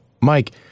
Mike